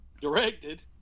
directed